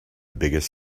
biggest